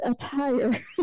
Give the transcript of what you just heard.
attire